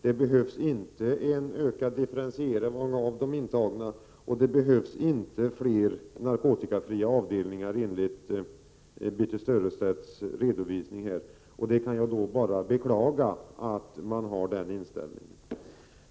Det behövs inte en ökad differentiering av de intagna, och det behövs, enligt Birthe Sörestedts redovisning, inte fler narkotikafria avdelningar. Jag kan bara beklaga att man har den inställningen.